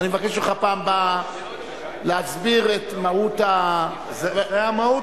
אני מבקש ממך בפעם הבאה להסביר את מהות --- זה המהות,